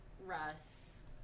Russ